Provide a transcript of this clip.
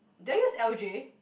do I use L_J